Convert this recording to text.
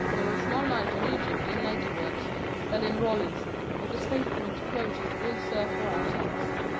there is more light on egypt in later works than in rawlinson, but the statement quoted will serve for our text.